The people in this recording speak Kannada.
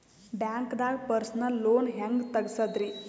ಬ್ಯಾಂಕ್ದಾಗ ಪರ್ಸನಲ್ ಲೋನ್ ಹೆಂಗ್ ತಗ್ಸದ್ರಿ?